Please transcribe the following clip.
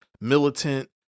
militant